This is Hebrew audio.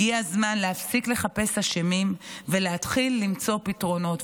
הגיע הזמן להפסיק לחפש אשמים ולהתחיל למצוא פתרונות.